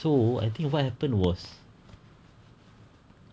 so I think what happened was